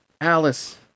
Alice